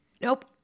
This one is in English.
Nope